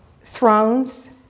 thrones